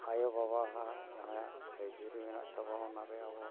ᱟᱭᱚ ᱵᱟᱵᱟᱦᱟᱜ ᱡᱟᱦᱟᱭᱟᱜ ᱟᱹᱭᱫᱷᱟᱹᱨᱤ ᱢᱮᱱᱟᱜ ᱛᱟᱵᱚ ᱚᱱᱟᱨᱮ ᱟᱵᱚ